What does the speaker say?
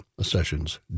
Sessions